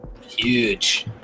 huge